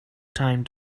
time